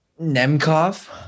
Nemkov